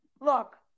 look